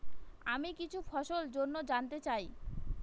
আমি কিছু ফসল জন্য জানতে চাই